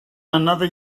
another